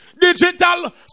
Digital